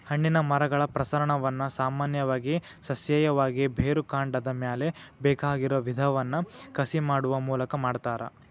ಹಣ್ಣಿನ ಮರಗಳ ಪ್ರಸರಣವನ್ನ ಸಾಮಾನ್ಯವಾಗಿ ಸಸ್ಯೇಯವಾಗಿ, ಬೇರುಕಾಂಡದ ಮ್ಯಾಲೆ ಬೇಕಾಗಿರೋ ವಿಧವನ್ನ ಕಸಿ ಮಾಡುವ ಮೂಲಕ ಮಾಡ್ತಾರ